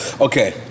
Okay